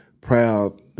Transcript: proud